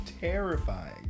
terrifying